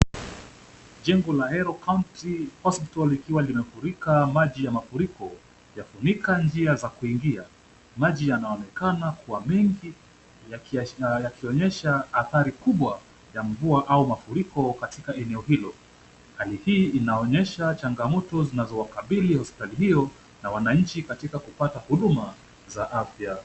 Jengo la Ahero County hospital ikiwa limefurika maji ya mafuriko yafunika njia za kuingia. Maji yanaonekana kuwa mengi yakionyesha athari kubwa ya mvua au mafuriko katika eneo hilo. Hali hii inaonyesha changamoto zinazokabili hospitali hiyo na wananchi katika kupata huduma za afya.